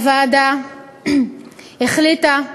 הוועדה החליטה,